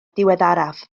diweddaraf